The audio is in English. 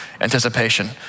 anticipation